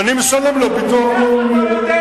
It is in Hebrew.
ואני משלם לו ביטוח לאומי,